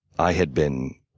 i had been